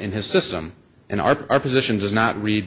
in his system in our positions is not read the